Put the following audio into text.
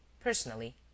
personally